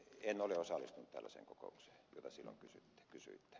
en ole osallistunut tällaiseen kokoukseen jota silloin kysyitte